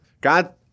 God